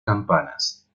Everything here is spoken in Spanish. campanas